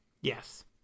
Yes